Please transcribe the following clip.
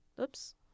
Oops